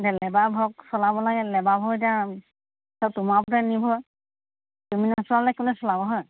এতিয়া লেবাৰবোৰক চলাব লাগে লেবাৰবোৰ এতিয়া সব তোমাৰ ওপৰতহে নিৰ্ভৰ তুমি নচলালে কোনে চলাব হয়